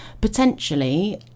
potentially